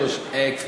תודה.